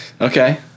Okay